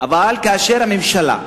אבל כאשר הממשלה,